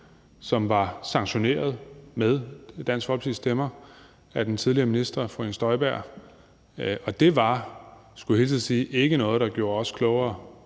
som var sanktioneret med Dansk Folkepartis stemmer af den tidligere minister fru Inger Støjberg, og det var, skal jeg hilse og sige, ikke noget, der gjorde os klogere